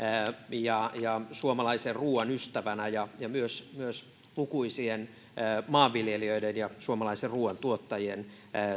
ja ja suomalaisen ruuan ystävänä ja myös myös lukuisien maanviljelijöiden ja suomalaisen ruuan tuottajien